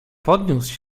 podniósł